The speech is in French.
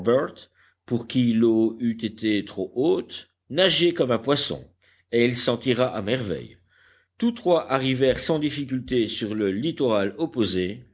pour qui l'eau eût été trop haute nageait comme un poisson et il s'en tira à merveille tous trois arrivèrent sans difficulté sur le littoral opposé